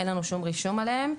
אין לנו שום רישום עליהם,